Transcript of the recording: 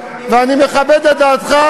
וגם דיברתי עם חלקם כשהיינו בחוץ,